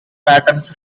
patterns